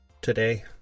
today